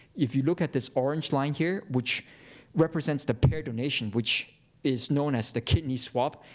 if you look at this orange line here, which represents the paired donation, which is known as the kidney swap,